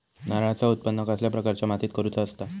नारळाचा उत्त्पन कसल्या प्रकारच्या मातीत करूचा असता?